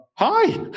Hi